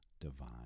divine